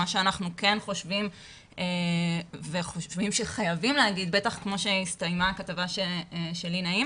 מה שאנחנו כן חושבים שחייבים להגיד בטח כמו שהסתיימה הכתבה של לי נעים